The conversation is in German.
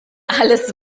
alles